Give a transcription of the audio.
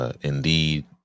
Indeed